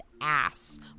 ass